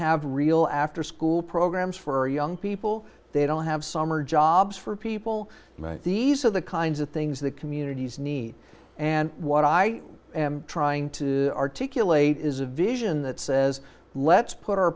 have real afterschool programs for young people they don't have summer jobs for people and these are the kinds of things that communities need and what i am trying to articulate is a vision that says let's put our